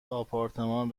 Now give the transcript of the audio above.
آپارتمان